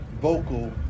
vocal